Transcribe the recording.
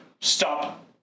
stop